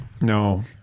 No